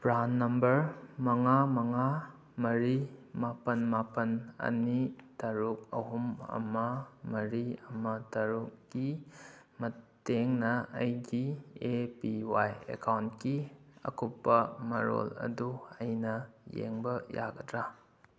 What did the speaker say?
PRAN number ꯃꯉꯥ ꯃꯉꯥ ꯃꯔꯤ ꯃꯥꯄꯜ ꯃꯥꯄꯜ ꯑꯅꯤ ꯇꯔꯨꯛ ꯑꯍꯨꯝ ꯑꯃ ꯃꯔꯤ ꯑꯃ ꯇꯔꯨꯛꯀꯤ ꯃꯇꯦꯡꯅ ꯑꯩꯒꯤ ꯑꯦ ꯄꯤ ꯋꯥꯏ ꯑꯦꯀꯥꯎꯟꯒꯤ ꯑꯀꯨꯞꯄ ꯃꯔꯣꯜ ꯑꯗꯨ ꯑꯩꯅ ꯌꯦꯡꯕ ꯌꯥꯒꯗ꯭ꯔꯥ